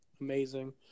amazing